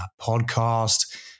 podcast